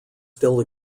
still